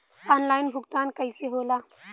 Online भुगतान कईसे होला?